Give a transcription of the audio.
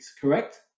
correct